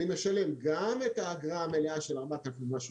אני משלם גם את האגרה המלאה של 4,000 ומשהו